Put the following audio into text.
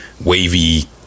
wavy